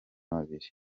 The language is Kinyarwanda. babiri